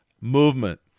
movement